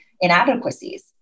inadequacies